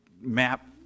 map